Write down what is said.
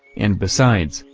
and besides,